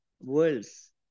worlds